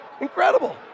Incredible